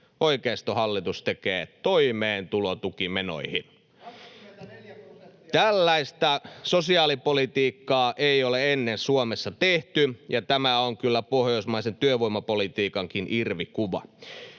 oikeistohallitus tekee toimeentulotukimenoihin. [Aki Lindén: 24 prosenttia!] Tällaista sosiaalipolitiikkaa ei ole ennen Suomessa tehty, ja tämä on kyllä pohjoismaisen työvoimapolitiikankin irvikuva.